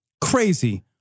Crazy